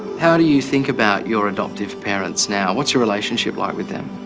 how do you think about your adoptive parents now? what's your relationship like with them?